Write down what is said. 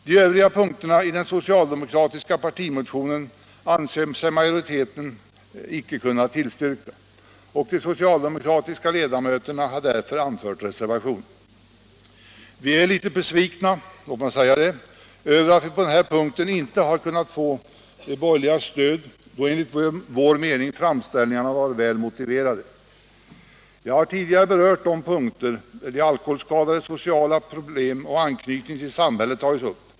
De övriga punkterna i den socialdemokratiska partimotionen anser sig den borgerliga utskottsmajoriteten inte kunna tillstyrka, och de socialdemokratiska ledamöterna har därför anfört reservation. Vi är, låt mig säga det, litet besvikna över att vi inte på de här punkterna har kunnat få de borgerligas stöd, då enligt vår mening framställningarna varit väl motiverade. Jag har tidigare berört de punkter, där de alkoholskadades problem och deras anknytning till samhället tagits upp.